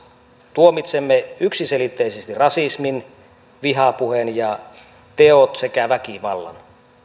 tuomitsemme yksiselitteisesti rasismin vihapuheen ja teot sekä väkivallan